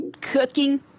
Cooking